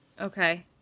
Okay